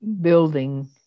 building